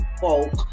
folk